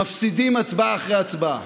מפסידים הצבעה אחרי הצבעה,